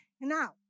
Now